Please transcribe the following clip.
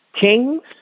kings